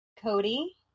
Cody